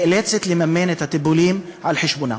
נאלצת לממן את הטיפולים על חשבונה.